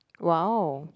!wow!